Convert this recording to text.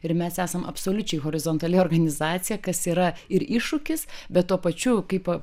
ir mes esam absoliučiai horizontali organizacija kas yra ir iššūkis bet tuo pačiu kaip